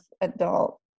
adult